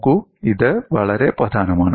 നോക്കൂ ഇത് വളരെ പ്രധാനമാണ്